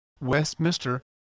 Westminster